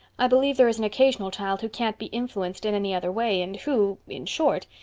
i believe there is an occasional child who can't be influenced in any other way and who, in short,